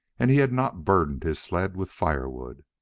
and he had not burdened his sled with firewood.